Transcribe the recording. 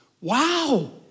wow